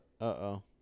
Uh-oh